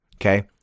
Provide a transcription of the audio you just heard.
Okay